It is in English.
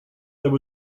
there